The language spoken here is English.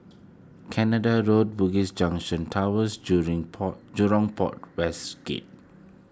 Canada Road Bugis Junction Towers Port Jurong Port West Gate